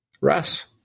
Russ